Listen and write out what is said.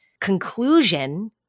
conclusion